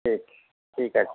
ঠিক ঠিক আছে